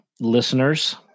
listeners